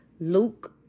luke